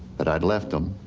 that i'd left them.